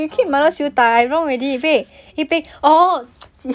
orh okay